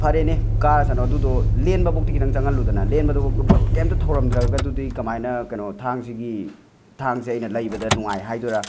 ꯐꯔꯦꯅꯦ ꯀꯥꯔꯁꯅꯨ ꯑꯗꯨꯗꯣ ꯂꯦꯟꯕꯐꯧꯗꯤ ꯈꯤꯇꯪ ꯆꯪꯍꯜꯂꯨꯗꯅ ꯂꯦꯟꯕꯗꯨꯐꯧꯗ ꯀꯩꯝꯇ ꯊꯧꯔꯝꯗ꯭ꯔꯒꯗꯨꯗꯤ ꯀꯃꯥꯏꯅ ꯀꯩꯅꯣ ꯊꯥꯡꯁꯤꯒꯤ ꯊꯥꯡꯁꯦ ꯑꯩꯅ ꯂꯩꯕꯗ ꯅꯨꯡꯉꯥꯏ ꯍꯥꯏꯗꯣꯏꯔꯥ